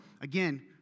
again